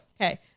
okay